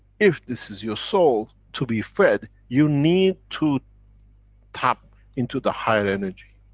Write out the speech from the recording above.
if this is your soul to be fed, you need to tap into the higher energy.